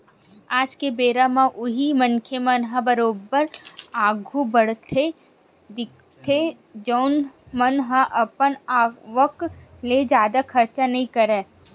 आज के बेरा म उही मनखे मन ह बरोबर आघु बड़हत दिखथे जउन मन ह अपन आवक ले जादा खरचा नइ करय